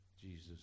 Jesus